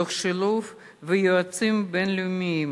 תוך שילוב יועצים בין-לאומיים